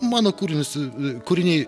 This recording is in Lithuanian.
mano kūrinius kūriniai